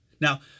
Now